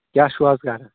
کیٛاہ چھِو آز کران